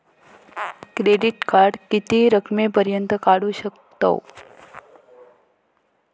Credit card किती रकमेपर्यंत काढू शकतव?